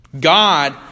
God